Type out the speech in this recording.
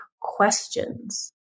questions